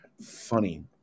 Funny